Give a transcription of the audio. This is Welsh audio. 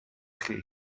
chi